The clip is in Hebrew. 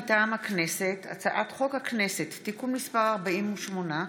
מטעם הכנסת: הצעת חוק הכנסת (תיקון מס' 48)